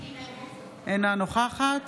אינה נוכחת